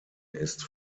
ist